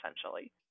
essentially